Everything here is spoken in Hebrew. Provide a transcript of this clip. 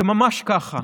זה ממש ככה,